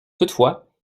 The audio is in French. toutefois